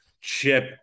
chip